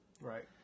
right